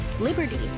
liberty